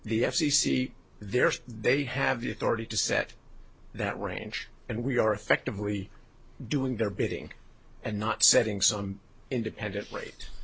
the f c c there's they have the authority to set that range and we are effectively doing their bidding and not setting some independent ra